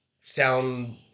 sound